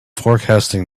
forecasting